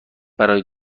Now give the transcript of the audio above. برای